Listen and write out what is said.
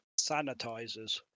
sanitizers